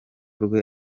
rwe